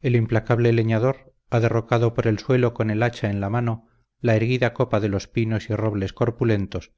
el implacable leñador ha derrocado por el suelo con el hacha en la mano la erguida copa de los pinos y robles corpulentos